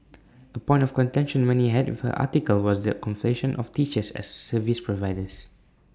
A point of contention many had with her article was the conflation of teachers as service providers